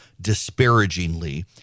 disparagingly